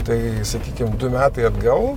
tai sakykim du metai atgal